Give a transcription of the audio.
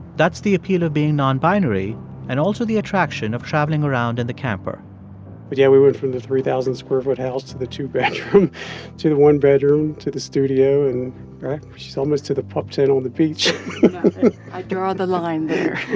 that's the appeal of being nonbinary and also the attraction of traveling around in the camper but yeah, we went from the three thousand square foot house to the two-bedroom to the one-bedroom to the studio and right? which is almost to the pup tent on the beach yeah, and i draw the line there.